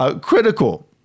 critical